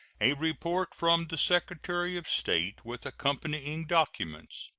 a report from the secretary of state, with accompanying documents.